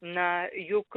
na juk